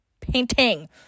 painting